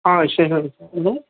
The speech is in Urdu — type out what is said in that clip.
ہاں